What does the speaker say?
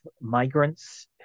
migrants